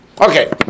Okay